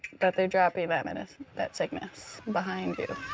that they're dropping that sickness that sickness behind you.